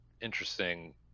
interesting